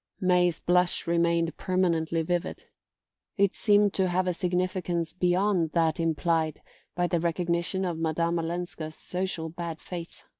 may's blush remained permanently vivid it seemed to have a significance beyond that implied by the recognition of madame olenska's social bad faith.